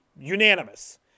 unanimous